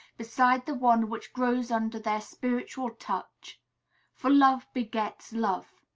beside the one which grows under their spiritual touch for love begets love.